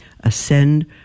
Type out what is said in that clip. ascend